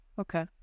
Okay